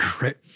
right